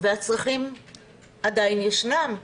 והצרכים עדיין ישנם.